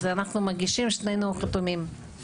אז אנחנו מגישים ושנינו חתומים.